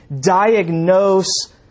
diagnose